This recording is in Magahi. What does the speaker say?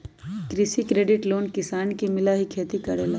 कृषि क्रेडिट लोन किसान के मिलहई खेती करेला?